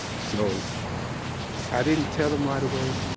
so i didn't tell him right away.